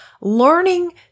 learning